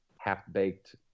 half-baked